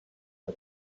but